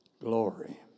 glory